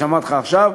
מה שאמרתי לך עכשיו,